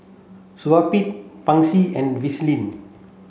Supravit Pansy and Vaselin